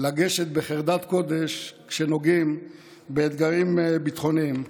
לגשת בחרדת קודש כשנוגעים באתגרים ביטחוניים,